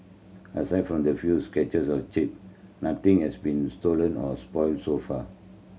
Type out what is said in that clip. aside from the few scratches and chip nothing has been stolen or spoilt so far